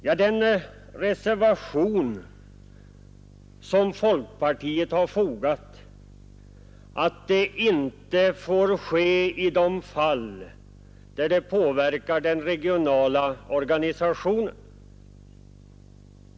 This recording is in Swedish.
I folkpartireservationen yrkar ni att sammanslagningar av polisdistrikt inte skall få ske i de fall där det påverkar den regionala organisationen.